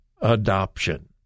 adoption